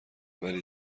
ولی